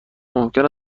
ممکن